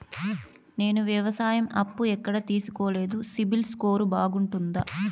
నేను వ్యవసాయం అప్పు ఎక్కడ తీసుకోలేదు, సిబిల్ స్కోరు బాగుందా?